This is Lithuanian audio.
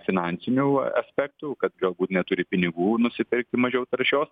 finansinių aspektų kad galbūt neturi pinigų nusipirkti mažiau taršios